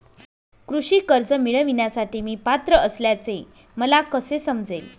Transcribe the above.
कृषी कर्ज मिळविण्यासाठी मी पात्र असल्याचे मला कसे समजेल?